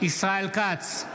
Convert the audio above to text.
ישראל כץ,